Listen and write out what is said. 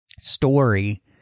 story